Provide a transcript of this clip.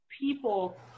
people